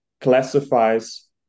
classifies